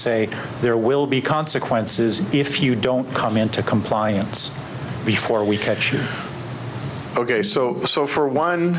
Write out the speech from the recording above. say there will be consequences if you don't come into compliance before we catch you ok so so for one